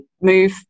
move